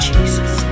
Jesus